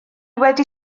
wedi